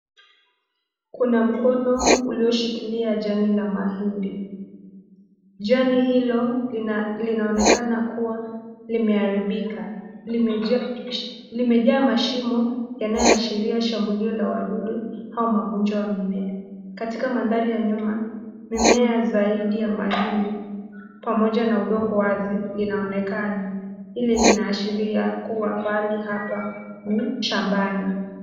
Kuna mkono ulioshikilia jani la mahindi. Jani hilo linaonekana kuwa limeharibika, limejaa mashimo yanayoashiria shambulio la wadudu ama magonjwa ya mimea. Katika mandari ya nyuma mimea zaidi ya mahindi pamoja na udongo wazi linaonekana hili linaashiria kuwa pahali hapa ni shambani.